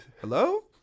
Hello